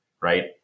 right